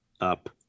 up